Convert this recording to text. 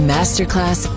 Masterclass